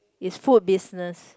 is food business